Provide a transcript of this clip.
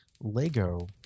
Lego